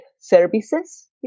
services